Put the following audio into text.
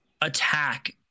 attack